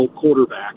quarterback